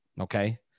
Okay